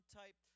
type